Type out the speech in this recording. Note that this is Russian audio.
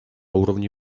уровне